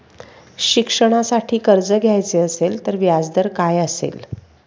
शिक्षणासाठी कर्ज घ्यायचे असेल तर व्याजदर काय असेल?